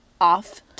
off